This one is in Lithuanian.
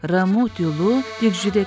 ramu tylu tik žiūrėk